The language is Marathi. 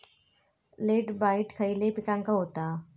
लेट ब्लाइट खयले पिकांका होता?